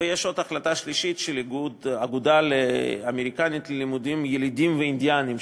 ויש עוד החלטה שלישית של אגודה אמריקנית ללימודים ילידיים ואינדיאניים,